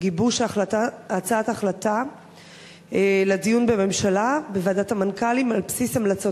גיבוש הצעת ההחלטה לדיון בממשלה בוועדת המנכ"לים על בסיס המלצות